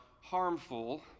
harmful